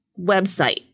website